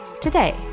today